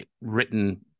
written